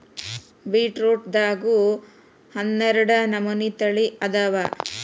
ಬೇಟ್ರೂಟದಾಗು ಹನ್ನಾಡ ನಮನಿ ತಳಿ ಅದಾವ